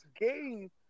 game